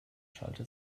schallte